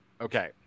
Okay